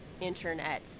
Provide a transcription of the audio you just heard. internet